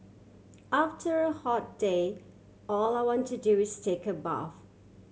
after hot day all I want to do is take a bath